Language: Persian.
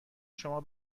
شما